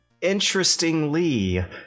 Interestingly